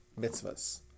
mitzvahs